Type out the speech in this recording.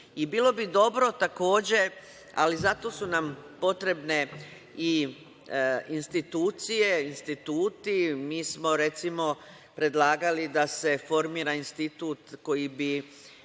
I bilo bi dobro takođe, ali zato su nam potrebne i institucije, instituti, mi smo, recimo, predlagali da se formira institut koji bi